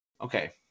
Okay